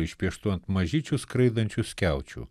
išpieštų ant mažyčių skraidančių skiaučių